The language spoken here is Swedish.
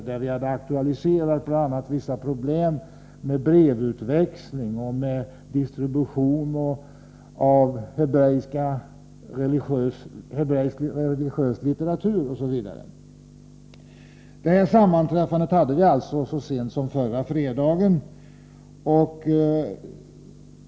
Där hade vi bl.a. aktualiserat vissa problem med brevutväxling och med distribution av hebreisk religiös litteratur. Sammanträffandet ägde alltså rum så sent som förra fredagen.